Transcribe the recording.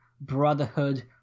Brotherhood